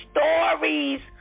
stories